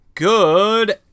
Good